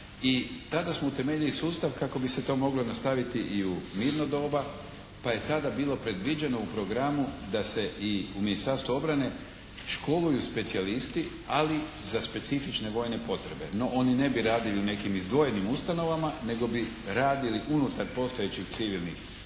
i tada smo utemeljili sustav kako bi se to moglo nastaviti i u mirno doba pa je tada bilo predviđeno u programu da se i u Ministarstvu obrane školuju specijalisti, ali za specifične vojne potrebe. No, oni ne bi radili u nekim izdvojenim ustanovama, nego bi radili unutar postojećih civilnih bolnica,